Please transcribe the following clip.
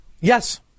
Yes